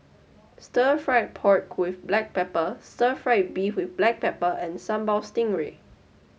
Stir Fried Pork with Black Pepper Stir Fried Beef with Black Pepper and Sambal Stingray